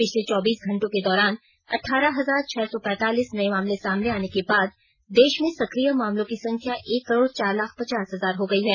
पिछले चौबीस घंटों के दौरान अट्ठारह हजार छह सौ पैंतालीस नये मामले सामने आने के बाद देश में सकिय मामलों की संख्या एक करोड़ चार लाख पचास हजार हो गई है